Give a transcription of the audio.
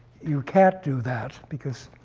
you can't do that because